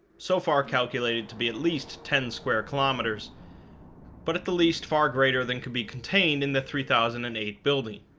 so far calculated to be at least ten square kilometers but at the least far greater than could be contained in the three thousand and eight building